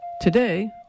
Today